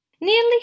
Nearly